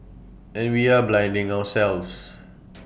and we are blinding ourselves